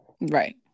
Right